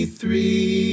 three